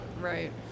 Right